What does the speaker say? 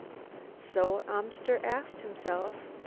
so amster asked himself,